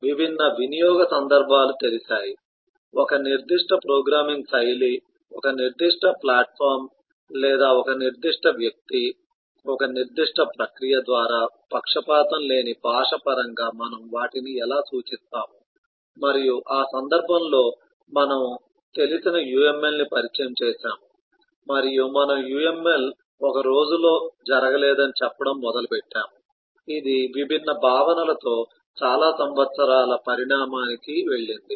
విభిన్న వినియోగ సందర్భాలు తెలిసాయి ఒక నిర్దిష్ట ప్రోగ్రామింగ్ శైలి ఒక నిర్దిష్ట ప్లాట్ఫాం లేదా ఒక నిర్దిష్ట వ్యక్తి ఒక నిర్దిష్ట ప్రక్రియ ద్వారా పక్షపాతం లేని భాష పరంగా మనము వాటిని ఎలా సూచిస్తాము మరియు ఆ సందర్భంలో మనము తెలిసిన UMLని పరిచయం చేసాము మరియు మనము UML ఒక రోజులో జరగలేదని చెప్పడం మొదలుపెట్టాము ఇది విభిన్న భావనలతో చాలా సంవత్సరాల పరిణామానికి వెళ్ళింది